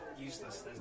useless